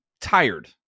tired